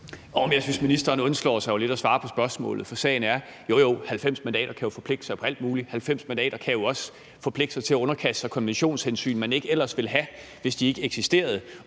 men jeg synes jo, ministeren undslår sig lidt at svare på spørgsmålet . For sagen er jo, at 90 mandater kan forpligte sig til alt muligt. 90 mandater kan også forpligte sig til at underkaste sig konventionshensyn, som man ikke ellers ville have, hvis de ikke eksisterede.